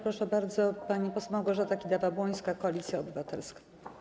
Proszę bardzo, pani poseł Małgorzata Kidawa-Błońska, Koalicja Obywatelska.